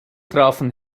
trafen